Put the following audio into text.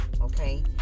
Okay